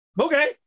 Okay